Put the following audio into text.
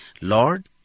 lord